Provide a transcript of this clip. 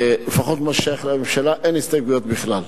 לפחות במה ששייך לממשלה אין הסתייגויות בכלל.